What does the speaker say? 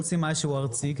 איך עושים משהו ארצי?